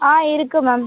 ஆ இருக்குது மேம்